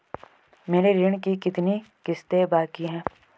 मेरे ऋण की कितनी किश्तें बाकी हैं?